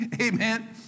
Amen